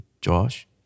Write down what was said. Josh